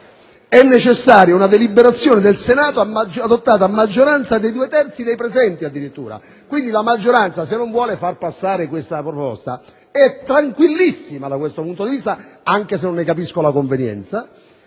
necessaria una deliberazione del Senato adottata a maggioranza dei due terzi dei presenti...»: addirittura, la maggioranza, se non vuole far passare questa proposta, è tranquillissima da questo punto di vista, anche se non ne capisco la convenienza.